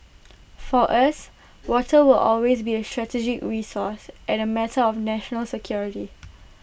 for us water will always be A strategic resource and A matter of national security